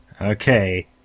Okay